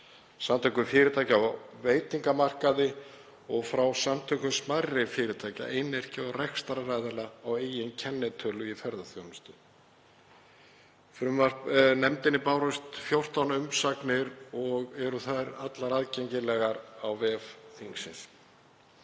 Samtökum fyrirtækja á veitingamarkaði og frá Samtökum smærri fyrirtækja, einyrkja og rekstraraðila á eigin kennitölu í ferðaþjónustu. Nefndinni bárust 14 umsagnir og eru þær allar aðgengilegar á vef þingsins.